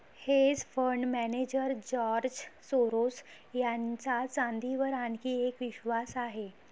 hedge fund manager George Soros यांचा चांदीवर आणखी एक विश्वास आहे